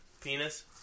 penis